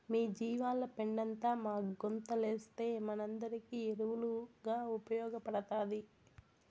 మీ జీవాల పెండంతా మా గుంతలేస్తే మనందరికీ ఎరువుగా ఉపయోగపడతాది